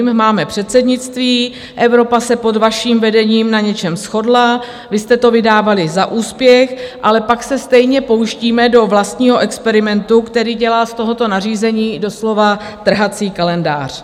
Máme předsednictví, Evropa se pod vaším vedením na něčem shodla, vy jste to vydávali za úspěch, ale pak se stejně pouštíme do vlastního experimentu, který dělá z tohoto nařízení doslova trhací kalendář.